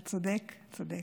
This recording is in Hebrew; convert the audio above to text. אתה צודק, צודק.